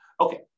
Okay